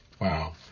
Wow